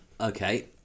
Okay